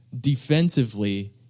Defensively